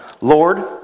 Lord